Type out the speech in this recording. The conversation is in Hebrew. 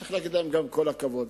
צריך להגיד להם גם כל הכבוד,